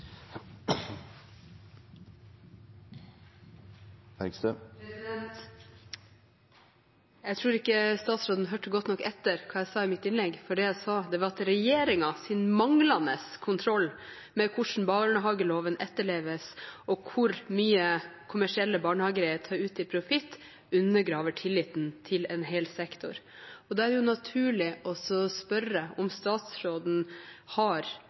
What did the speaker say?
Jeg tror ikke statsråden hørte godt nok etter hva jeg sa i mitt innlegg. For det jeg sa, var at regjeringens manglende kontroll med hvordan barnehageloven etterleves, og hvor mye kommersielle barnehager tar ut i profitt, undergraver tilliten til en hel sektor. Da er det naturlig å spørre om statsråden har